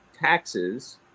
taxes